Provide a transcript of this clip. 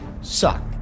suck